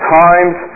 times